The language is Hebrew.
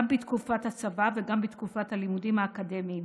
גם בתקופת הצבא וגם בתקופת הלימודים האקדמיים,